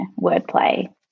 wordplay